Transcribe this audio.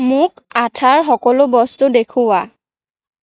মোক আঠাৰ সকলো বস্তু দেখুওৱা